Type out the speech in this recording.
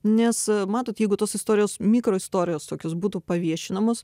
nes matot jeigu tos istorijos mikroistorijos tokios būtų paviešinamos